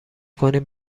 کنیم